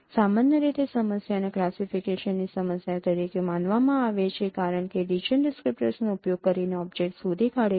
સામાન્ય રીતે સમસ્યાને ક્લાસીફિકેશનની સમસ્યા તરીકે માનવામાં આવે છે કારણ કે રિજિયન ડિસ્ક્રીપ્ટર્સનો ઉપયોગ કરીને ઓબ્જેક્ટ શોધી કાઢે છે